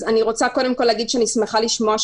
אני רוצה קודם כל להגיד שאני שמחה לשמוע,